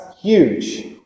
huge